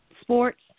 sports